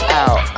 out